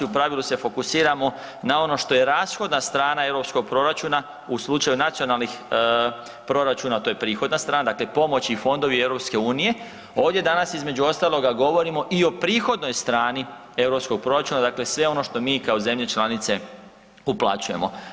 U pravilu se fokusiramo na ono što je rashodna strana europskog proračuna u slučaju nacionalnih proračuna, to je prihodna strana, dakle pomoći i fondovi EU, ovdje danas između ostaloga govorimo i o prihodnoj strani europskog proračuna, dakle sve ono što mi kao zemlje članice uplaćujemo.